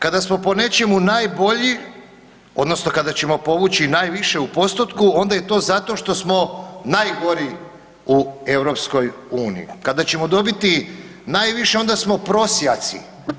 Kada smo po nečemu najbolji odnosno kada ćemo povući najviše u postotku onda je to zato što smo najgori u EU, kada ćemo dobiti najviše onda smo prosjaci.